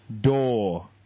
Door